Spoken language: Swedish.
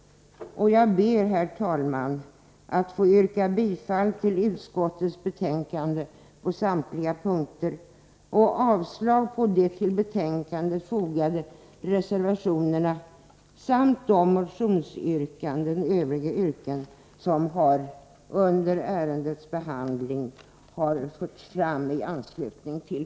Jag ber, herr talman, att få yrka bifall till utskottets hemställan på samtliga punkter och avslag på de till betänkandet fogade reservationerna samt i övrigt på de motioner som väckts i anslutning till propositionen och som det under ärendets behandling yrkats bifall till.